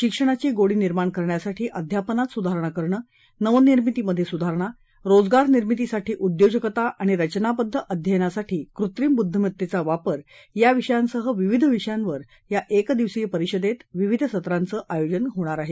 शिक्षणाची गोडी निर्माण करण्यासाठी अध्यापनात सुधारणा करणं नवनिर्मितीमध्ये सुधारणा रोजगारनिर्मितीसाठी उद्योजकता आणि रचनाबद्द अध्ययनासाठी कृत्रिम बुद्धिमत्तेचा वापर या विषयांसह विविध विषयांवर या एक दिवसीय परिषदेत विविध सत्रांचं आयोजन होणार आहे